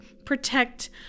protect